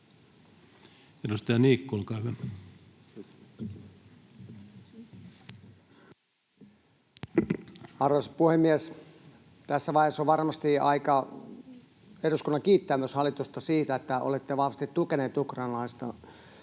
Time: 13:44 Content: Arvoisa puhemies! Tässä vaiheessa on varmasti eduskunnan aika kiittää myös hallitusta siitä, että olette vahvasti tukeneet ukrainalaista